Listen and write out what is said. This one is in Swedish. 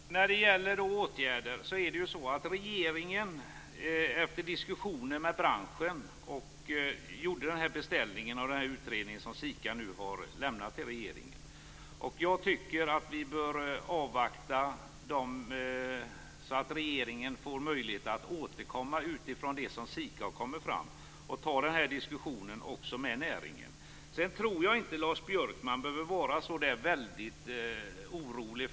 Fru talman! När det gäller åtgärder är det så att regeringen efter diskussionen med branschen beställde den utredning som SIKA nu har lämnat till regeringen. Jag tycker att vi bör avvakta här så att regeringen får möjlighet att återkomma utifrån det som SIKA har kommit fram till. Dessutom gäller det att ta den här diskussionen med näringen. Jag tror inte att Lars Björkman behöver vara så väldigt orolig.